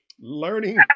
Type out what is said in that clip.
learning